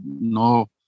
no